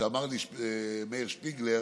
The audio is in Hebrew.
שאמר לי מאיר שפיגלר